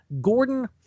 Gordon